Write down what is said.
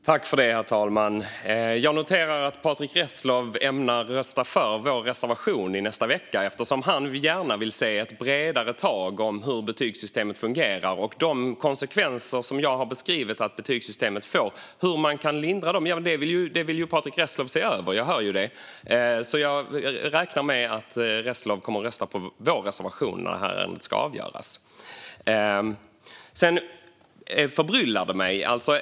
Herr talman! Jag noterar att Patrick Reslow ämnar rösta för vår reservation i nästa vecka eftersom han gärna vill se ett bredare tag om hur betygssystemet fungerar. De konsekvenser som jag har beskrivit att betygssystemet får och hur man kan lindra dem vill Patrick Reslow se över. Jag hör ju det. Jag räknar med att Reslow kommer att rösta på vår reservation när ärendet ska avgöras. Jag är förbryllad.